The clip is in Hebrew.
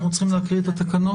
אנחנו צריכים להקריא את התקנות,